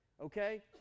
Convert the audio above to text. okay